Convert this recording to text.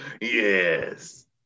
Yes